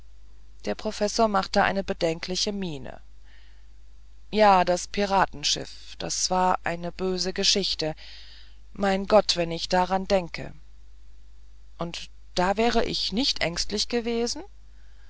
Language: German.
der professor machte eine bedenkliche miene ja das piratenschiff das war eine böse geschichte mein gott wenn ich daran denke und da wäre ich nicht ängstlich gewesen